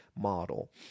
model